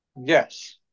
Yes